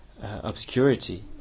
obscurity